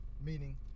Meaning